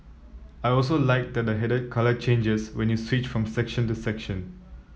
I also like that the header colour changes when you switch from section to section